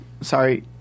sorry